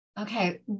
Okay